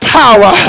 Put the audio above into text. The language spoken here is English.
power